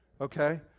Okay